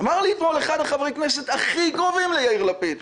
אמר לי אתמול אחד מחברי הכנסת הכי קרובים ליאיר לפיד,